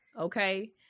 Okay